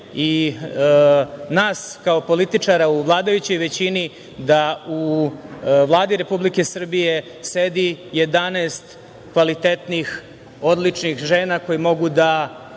i nas kao političara u vladajućoj većini, da u Vladi Republike Srbije sedi 11 kvalitetnih, odličnih žena koje mogu da